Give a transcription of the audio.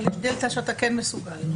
אבל יש דלתא שאתה כן מסוגל?